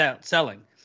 selling